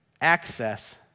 access